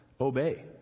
obey